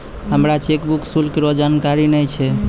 हमरा चेकबुक शुल्क रो जानकारी नै छै